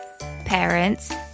Parents